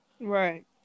Right